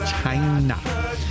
China